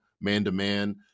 man-to-man